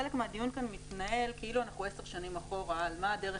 חלק מהדיון כאן מתנהל כאילו אנחנו עשר שנים אחורה על מה הדרך